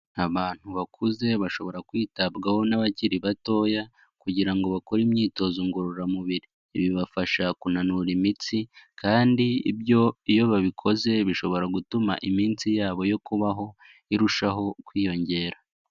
Abantu bakuze bashobora kwitabwaho n'abakiri batoya kugira ngo bakore imyitozo ngororamubiri, bibafasha kunanura imitsi kandi ibyo iyo babikoze bishobora gutuma iminsi yabo yo kubaho irushaho kwiyongera.